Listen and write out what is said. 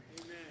Amen